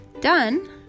done